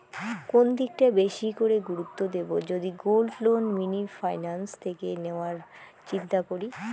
কোন দিকটা বেশি করে গুরুত্ব দেব যদি গোল্ড লোন মিনি ফাইন্যান্স থেকে নেওয়ার চিন্তা করি?